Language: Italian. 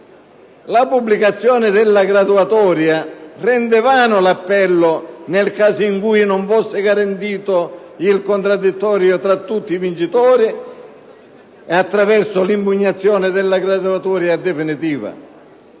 La pubblicazione della graduatoria rende vano l'appello nel caso in cui non fosse garantito il contraddittorio tra tutti i vincitori attraverso l'impugnazione della graduatoria definitiva.